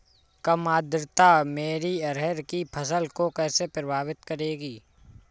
कम आर्द्रता मेरी अरहर की फसल को कैसे प्रभावित करेगी?